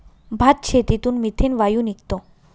भातशेतीतून मिथेन वायू निघतो